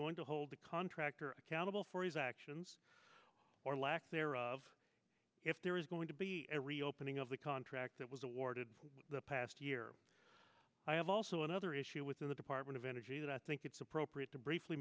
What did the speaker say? going to hold the contractor accountable for his actions or lack thereof if there is going to be a reopening of the contract that was awarded the past year i have also another issue within the department of energy that i think it's appropriate to briefly